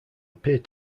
appeared